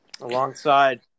Alongside